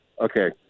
Okay